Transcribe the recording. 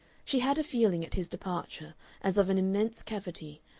she had a feeling at his departure as of an immense cavity,